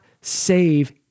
save